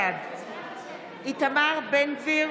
בעד איתמר בן גביר,